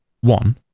One